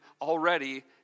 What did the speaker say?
already